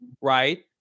right